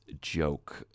joke